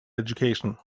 education